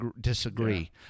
disagree